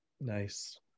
nice